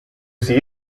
see